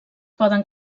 poden